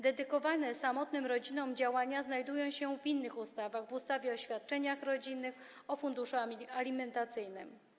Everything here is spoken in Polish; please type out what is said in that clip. Dedykowane samotnym rodzinom działania znajdują się w innych ustawach - w ustawie o świadczeniach rodzinnych, ustawie o funduszu alimentacyjnym.